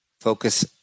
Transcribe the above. Focus